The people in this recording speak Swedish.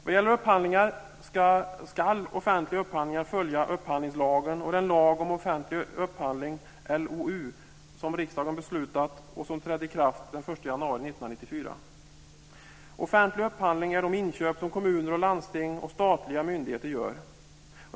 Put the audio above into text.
Offentliga upphandlingar ska följa upphandlingslagen och den lag om offentlig upphandling, LOU, som riksdagen fattat beslut om, och som trädde i kraft den 1 januari 1994. Offentliga upphandlingar är de inköp som kommuner, landsting och statliga myndigheter gör.